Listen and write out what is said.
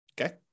okay